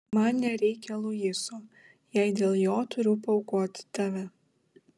man nereikia luiso jei dėl jo turiu paaukoti tave